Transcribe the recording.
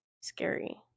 scary